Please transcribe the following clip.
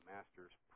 Master's